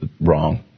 Wrong